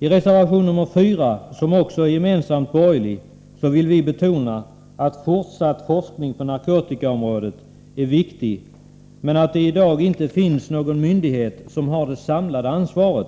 I reservation 4, i vilken alla borgerliga partier är representerade, vill vi betona att fortsatt forskning på narkotikaområdet är viktig, men att det i dag inte finns någon myndighet som har det samlade ansvaret